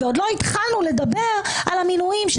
ועוד לא התחלנו לדבר על המינויים,